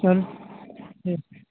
ਹਾਂ ਜੀ